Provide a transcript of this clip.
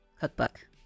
cookbook